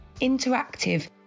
interactive